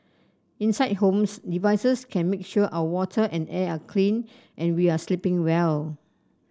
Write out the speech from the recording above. inside homes devices can make sure our water and air are clean and we are sleeping well